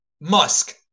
musk